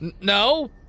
No